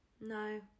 No